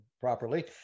properly